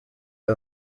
who